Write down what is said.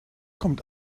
kommt